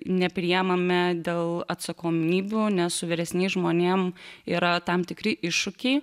nepriimame dėl atsakomybių nes su vyresniais žmonėm yra tam tikri iššūkiai